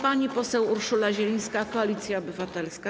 Pani poseł Urszula Zielińska, Koalicja Obywatelska.